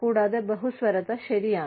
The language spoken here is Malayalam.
കൂടാതെ ബഹുസ്വരത ശരിയാണ്